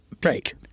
break